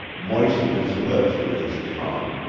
moistened his lips with his tongue,